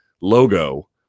logo